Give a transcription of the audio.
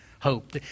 hope